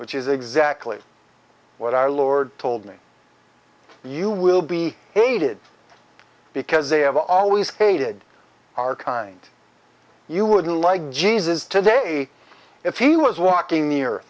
which is exactly what our lord told me you will be hated because they have always hated our kind you would like jesus today if he was walking